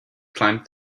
climbed